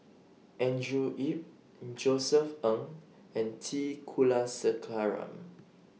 Andrew Yip Josef Ng and T Kulasekaram